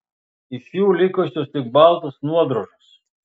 iš jų likusios tik baltos nuodrožos